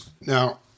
Now